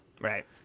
Right